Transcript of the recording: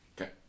Okay